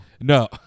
No